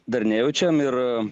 dar nejaučiame ir